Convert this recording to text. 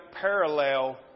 parallel